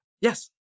Yes